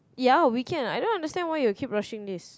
ya we can I don't understand why you keep rushing this